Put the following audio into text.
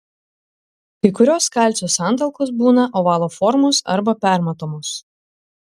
kai kurios kalcio santalkos būna ovalo formos arba permatomos